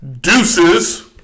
Deuces